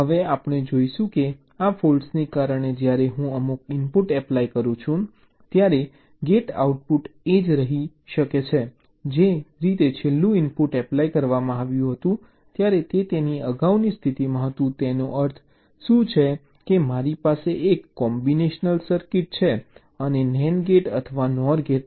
હવે આપણે જોઈશું કે આ ફૉલ્ટ્ને કારણે જ્યારે હું અમુક ઇનપુટ એપ્લાય કરું છું ત્યારે ગેટ આઉટપુટ એ જ રહી શકે છે જે રીતે છેલ્લું ઇનપુટ એપ્લાય કરવામાં આવ્યું હતું ત્યારે તે તેની અગાઉની સ્થિતિમાં હતું તેનો અર્થ શું છે કે મારી પાસે એક કોમ્બિનેશનલ સર્કિટ અને NAND ગેટ અથવા NOR ગેટ છે